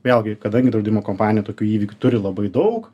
vėlgi kadangi draudimo kompanija tokių įvykių turi labai daug